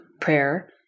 prayer